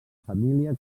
família